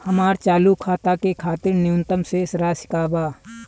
हमार चालू खाता के खातिर न्यूनतम शेष राशि का बा?